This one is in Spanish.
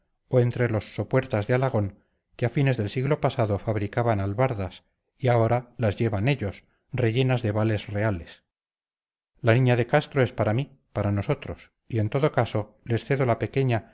o entre los sopuertas de alagón que a fines del siglo pasado fabricaban albardas y ahora las llevan ellos rellenas de vales reales la niña de castro es para mí para nosotros y en todo caso les cedo la pequeña